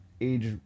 age